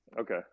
Okay